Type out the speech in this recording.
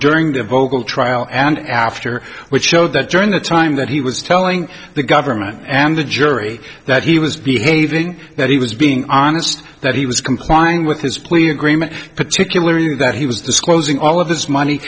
during the vocal trial and after which showed that during the time that he was telling the government and the jury that he was behaving that he was being honest that he was complying with his plea agreement particularly that he was disclosing all of this money